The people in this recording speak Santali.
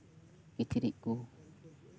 ᱠᱤᱪᱨᱤᱪ ᱠᱚ